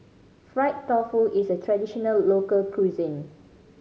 fried tofu is a traditional local cuisine